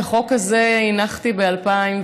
את החוק הזה הנחתי ב-2014,